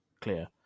clear